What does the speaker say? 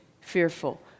fearful